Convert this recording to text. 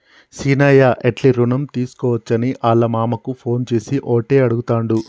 సీనయ్య ఎట్లి రుణం తీసుకోవచ్చని ఆళ్ళ మామకు ఫోన్ చేసి ఓటే అడుగుతాండు